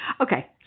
Okay